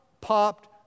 popped